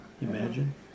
Imagine